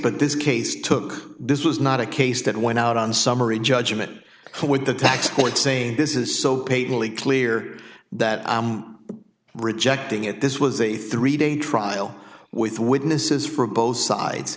but this case took this was not a case that went out on summary judgment with the tax court saying this is so painfully clear that rejecting it this was a three day trial with witnesses from both sides